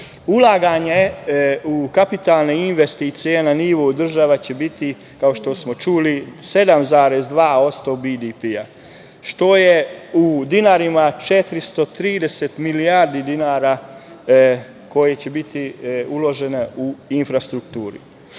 mesta. Ulaganje u kapitalne investicije na nivou država će biti, kao što smo čuli, 7,2% BDP-a, što je u dinarima 430 milijardi dinara koje će biti uložene u infrastrukturu.